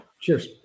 Cheers